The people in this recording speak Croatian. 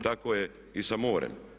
Tako je i sa morem.